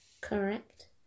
Correct